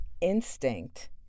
instinct